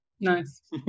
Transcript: Nice